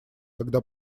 когда